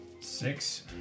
six